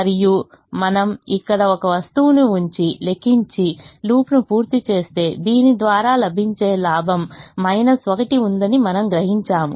మరియు మీరు ఇక్కడ ఒక వస్తువును ఉంచి లెక్కించి లూప్ను పూర్తి చేస్తే దీని ద్వారా లభించే లాభం 1 ఉందని మీరు గ్రహిస్తారు